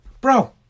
bro